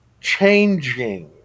changing